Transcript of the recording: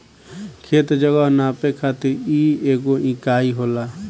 खेत, जगह नापे खातिर इ एगो इकाई होला